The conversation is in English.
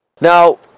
Now